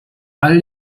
all